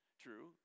true